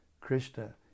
Krishna